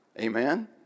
Amen